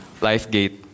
LifeGate